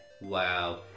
Wow